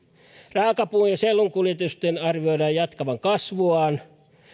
raakapuun ja sellun kuljetusten arvioidaan jatkavan kasvuaan